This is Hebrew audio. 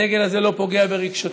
הדגל הזה לא פוגע ברגשותינו,